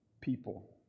people